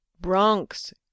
Bronx